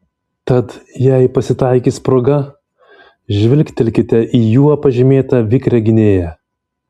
tad jei pasitaikys proga žvilgtelėkite į juo pažymėtą vikrią gynėją